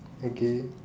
okay